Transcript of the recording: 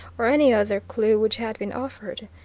or any other clue which had been offered,